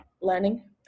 learning